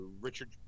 Richard